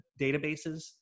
databases